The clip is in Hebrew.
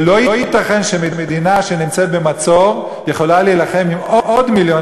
ולא ייתכן שמדינה שנמצאת במצור יכולה להילחם עם עוד מיליון